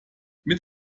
mit